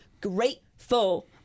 Grateful